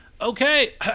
Okay